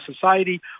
society